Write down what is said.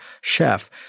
chef